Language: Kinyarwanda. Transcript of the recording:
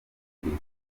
buriri